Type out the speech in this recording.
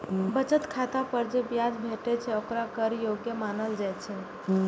बचत खाता पर जे ब्याज भेटै छै, ओकरा कर योग्य मानल जाइ छै